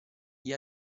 gli